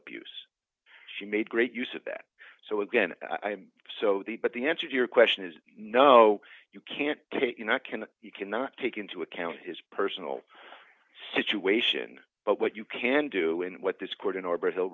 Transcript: abuse she made great use of that so again i'm so the but the answer to your question is no you can't take you not can you cannot take into account his personal situation but what you can do and what this court in or brazil